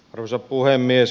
arvoisa puhemies